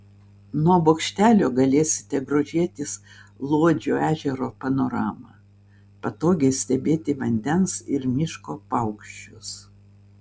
nuo bokštelio galėsite grožėtis luodžio ežero panorama patogiai stebėti vandens ir miško paukščius